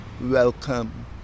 welcome